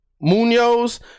Munoz